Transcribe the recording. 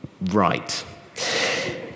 right